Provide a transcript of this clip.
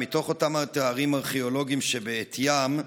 מתוך אותם אתרים ארכיאולוגיים שבעטיים,